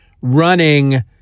running